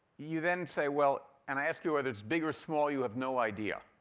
you then say, well and i ask you whether it's big or small, you have no idea.